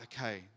okay